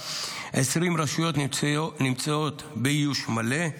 20 רשויות נמצאות באיוש מלא,